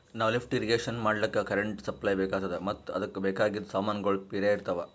ನಾವ್ lift irrigation ಮಾಡ್ಲಕ್ಕ್ current supply ಬೆಕಾತದ್ ಮತ್ತ್ ಅದಕ್ಕ್ ಬೇಕಾಗಿದ್ ಸಮಾನ್ಗೊಳ್ನು ಪಿರೆ ಇರ್ತವ್